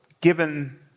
given